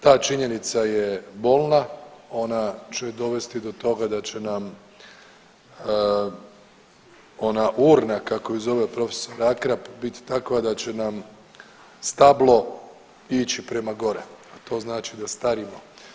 Ta činjenica ja bolna, ona će dovesti do toga da će nam ona urna kako ju zove prof. Akrap biti takva da će nam stablo ići prema gore, a to znači da starimo.